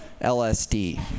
LSD